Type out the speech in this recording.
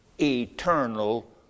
eternal